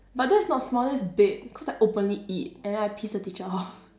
but that's not small that's big cause I openly eat and then I piss the teacher off